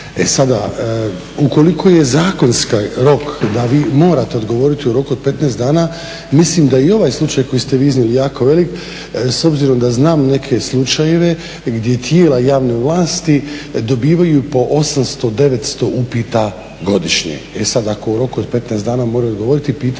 E sada, ukoliko je zakonski rok da vi morate odgovoriti u roku od 15 dana mislim da i ovaj slučaj koji ste vi iznijeli jako velik s obzirom da znam neke slučajeve gdje tijela javne vlasti dobivaju i po 800, 900 upita godišnje. E sad, ako u roku od 15 dana moraju odgovoriti pitanje